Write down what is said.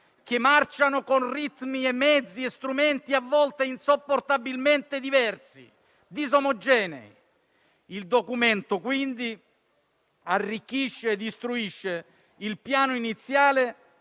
marciano con ritmi, mezzi e strumenti a volte insopportabilmente diversi e disomogenei. Il documento arricchisce e istruisce il Piano iniziale